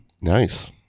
Nice